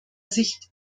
sicht